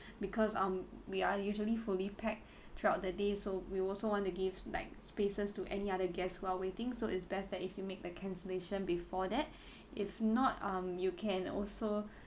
because um we are usually fully packed throughout the day so we also want to give like spaces to any other guests while waiting so it's best that if you make the cancellation before that if not um you can also